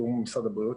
תיאום עם משרד הבריאות.